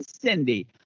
Cindy